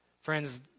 Friends